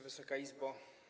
Wysoka Izbo!